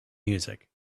music